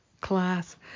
class